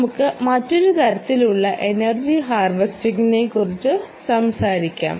നമുക്ക് മറ്റൊരു തരത്തിലുള്ള എനർജി ഹാർവെസ്റ്ററിനെക്കുറിച്ച് സംസാരിക്കാം